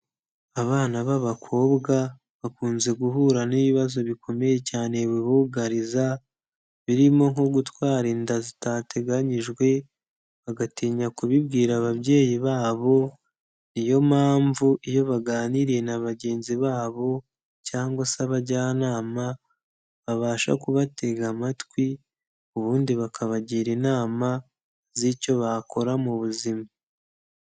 Abana b'abakobwa bakunze guhura n'ibibazo bikomeye cyane bibugariza, birimo nko gutwara inda zitateganyijwe bagatinya kubibwira ababyeyi babo, niyo mpamvu iyo baganiriye na bagenzi babo cyangwa se abajyanama babasha kubatega amatwi ubundi bakabagira inama z'icyo bakora mu buzima.